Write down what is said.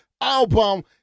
album